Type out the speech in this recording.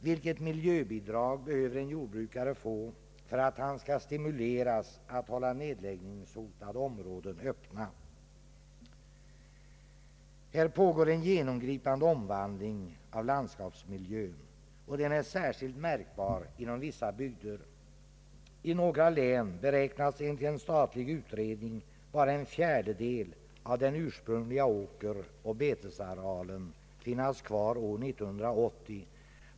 Vilket miljöbidrag behöver en jordbrukare få för att han skall stimuleras att hålla nedläggningshotade områden öppna? Här pågår en genomgripande omvandling av landskapsmiljön, och den är särskilt märkbar inom vissa bygder. I några län beräknas enligt en statlig utredning bara en fjärdedel av den ursprungliga åkeroch betesarealen finnas kvar år 1980.